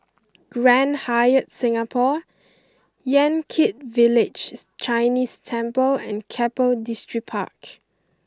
Grand Hyatt Singapore Yan Kit Villages Chinese Temple and Keppel Distripark